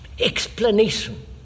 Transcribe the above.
explanation